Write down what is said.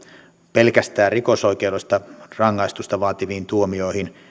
pelkästään rikosoikeudellista rangaistusta vaativiin tuomioihin